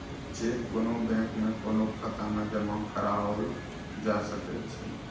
cheque कोनो bank में कोनो खाता मे जमा कराओल जा सकै छै